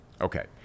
Okay